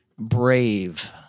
brave